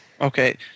Okay